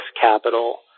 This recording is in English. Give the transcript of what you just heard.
capital